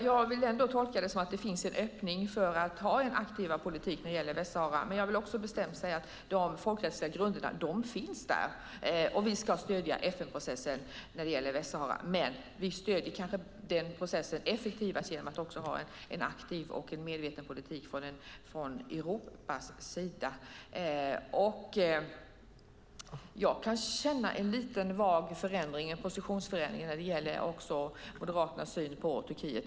Fru talman! Jag tolkar det så att det finns en öppning för att föra en aktivare politik när det gäller Västsahara. Jag vill också bestämt säga att de folkrättsliga grunderna finns där. Vi ska stödja FN-processen när det gäller Västsahara, men vi stöder kanske den processen effektivast genom att också ha en aktiv och medveten politik från Europas sida. Jag kan känna en liten vag positionsförändring när det gäller Moderaternas syn på Turkiet.